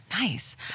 Nice